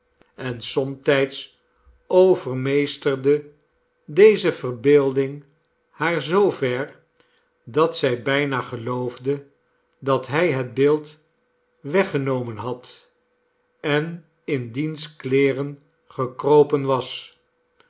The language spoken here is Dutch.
en somtijds overmeesterde deze verbeelding haar zoover dat zij bijna geloofde dat hij het beeld weggenomen had en in diens kleeren gekropen was